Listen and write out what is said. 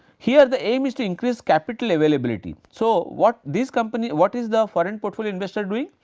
here the aim is to increase capital availability so what these company, what is the foreign portfolio investor doing?